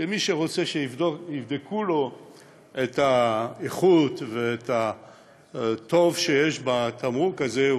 שמי שרוצה שיבדקו לו את האיכות ואת ההטבה של התמרוק הזה,